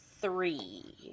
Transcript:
three